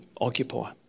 occupy